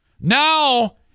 Now